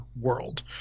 world